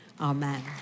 amen